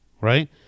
right